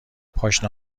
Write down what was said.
پاشنه